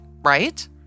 right